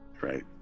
Right